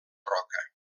roca